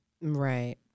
Right